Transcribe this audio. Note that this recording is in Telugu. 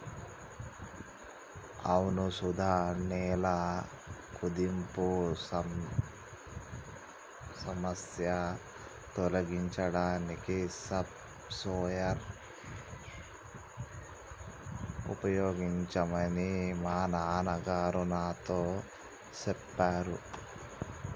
అవును సుధ నేల కుదింపు సమస్య తొలగించడానికి సబ్ సోయిలర్ ఉపయోగించమని మా నాన్న గారు నాతో సెప్పారు